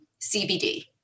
CBD